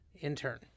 intern